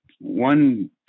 One